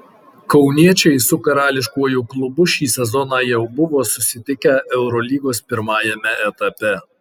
kauniečiai su karališkuoju klubu šį sezoną jau buvo susitikę eurolygos pirmajame etape